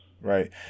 Right